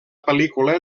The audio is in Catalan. pel·lícula